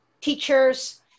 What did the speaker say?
teachers